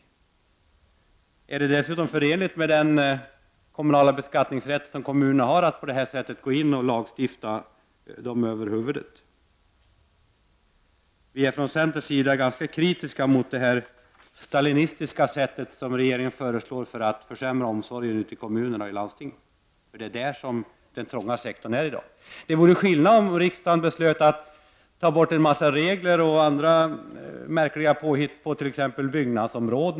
Man kan dessutom undra om det är förenligt med den kommunala beskattningsrätten att staten på det här sättet går in och lagstiftar så att säga över huvudet på kommunerna. Från centern är vi ganska kritiska mot den stalinistiska väg som regeringen går för att försämra omsorgen ute i kommunerna och i landstingen, eftersom det är där som den trånga sektorn i dag finns. Det vore skillnad om riksdagen beslutade att ta bort en massa regler och andra märkliga påhitt på t.ex. bygg nadsområdet.